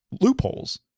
loopholes